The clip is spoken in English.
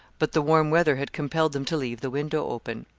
but the warm weather had compelled them to leave the window open.